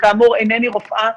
וכאמור אינני רופאה,